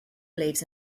believes